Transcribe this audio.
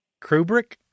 Kubrick